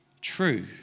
true